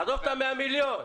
עזוב את ה-100 מיליון שקלים.